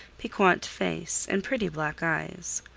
piquant face and pretty black eyes.